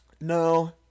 No